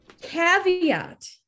Caveat